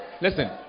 listen